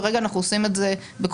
כרגע אנחנו עושים את זה בכוחותינו